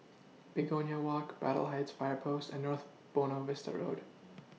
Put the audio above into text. Begonia Walk Braddell Heights Fire Post and North Buona Vista Road